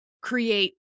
create